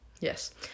Yes